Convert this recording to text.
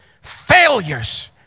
failures